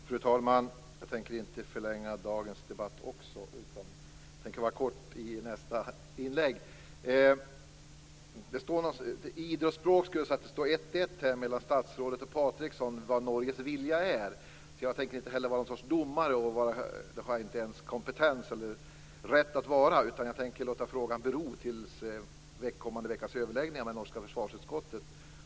Fru talman! Jag tänker inte förlänga även dagens debatt, utan jag tänker vara kort i mitt inlägg. På idrottsspråk skulle jag säga att det står 1-1 mellan statsrådet och Patriksson i fråga om vad Norges vilja är. Jag tänker inte vara någon sorts domare. Det har jag inte ens kompetens för eller rätt att vara, utan jag tänker låta frågan bero till kommande veckas överläggningar med det norska försvarsutskottet.